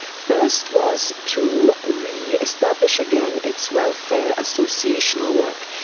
first was to re-establish again its welfare associational work.